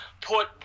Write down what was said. put